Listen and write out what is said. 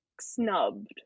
snubbed